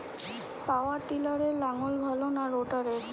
পাওয়ার টিলারে লাঙ্গল ভালো না রোটারের?